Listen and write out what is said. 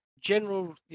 general